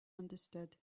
understood